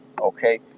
okay